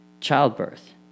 childbirth